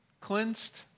cleansed